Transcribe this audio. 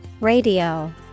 Radio